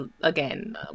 Again